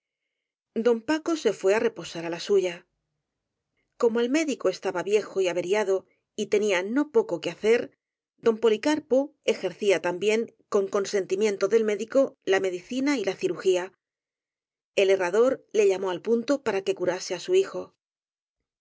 don paco se fué á reposar á la suya como el médico estaba viejo y averiado y tenía no poco que hacer don policarpo ejercía también con consentimiento del médico la medicina y la cirujía el herrador le llamó al punto para que cuase á su hijo